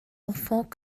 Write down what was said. enfant